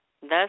Thus